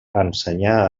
ensenyà